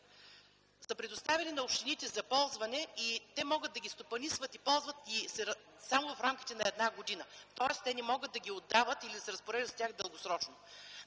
са предоставени на общините за ползване и те могат да ги стопанисват и ползват само в рамките на една година. Тоест те не могат да ги отдават или да се разпореждат с тях дългосрочно.